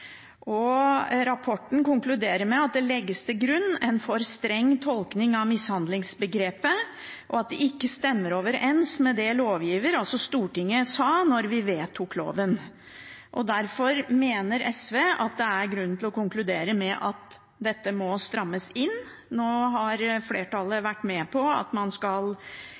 Rapporten konkluderer med at det legges til grunn en for streng tolkning av mishandlingsbegrepet, som ikke stemmer overens med det lovgiveren – altså Stortinget – sa da vi vedtok loven. Derfor mener SV at det er grunn til å konkludere med at dette må strammes inn. Nå har flertallet vært med på at